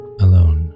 alone